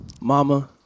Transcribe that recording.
Mama